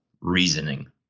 reasoning